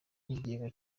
n’ikigega